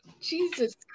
Jesus